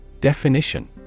definition